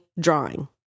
drawing